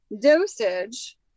dosage